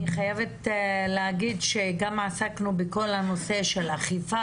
אני חייבת לומר שגם עסקנו בכל הנושא של אכיפה